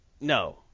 no